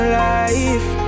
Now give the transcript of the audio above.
life